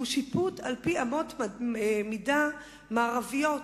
הוא שיפוט על-פי אמות מידה מערביות.